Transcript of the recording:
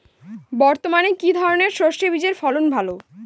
বর্তমানে কি ধরনের সরষে বীজের ফলন ভালো?